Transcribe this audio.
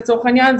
לצורך העניין,